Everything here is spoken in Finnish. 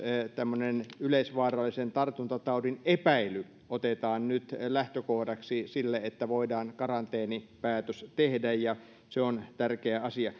tämmöinen yleisvaarallisen tartuntataudin epäily otetaan nyt lähtökohdaksi sille että voidaan karanteenipäätös tehdä ja se on tärkeä asia